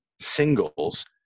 singles